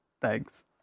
Thanks